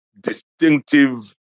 distinctive